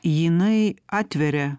jinai atveria